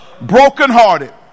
brokenhearted